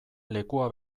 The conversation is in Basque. lekua